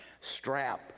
strap